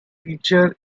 teacher